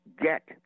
get